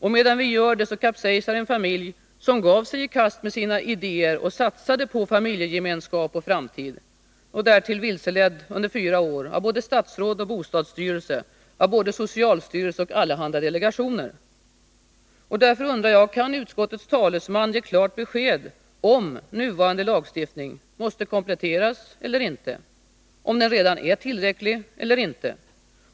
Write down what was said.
Och medan vi gör det, kapsejsar en familj som gav sig i kast med sina idéer och satsade på familjegemenskap och framtid, därtill vilseledd under fyra år av både statsråd och bostadsstyrelse, av både socialstyrelse och allehanda delegationer. Kan utskottets talesman ge klart besked om nuvarande lagstiftning måste kompletteras eller ej? Om den redan är tillräcklig eller ej?